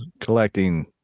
Collecting